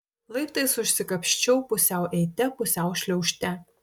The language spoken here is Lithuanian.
laiptais užsikapsčiau pusiau eite pusiau šliaužte